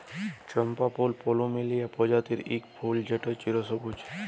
চম্পা ফুল পলুমেরিয়া প্রজাতির ইক ফুল যেট চিরসবুজ